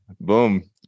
boom